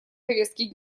повестке